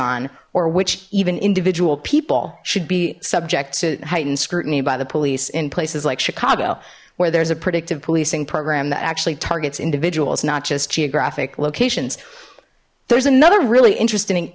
on or which even individual people should be subject to heightened scrutiny by the police in places like chicago where there's a predictive policing program that actually targets individuals not just geographic locations there's another really interesting